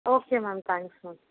okay ma'am thanks ma'am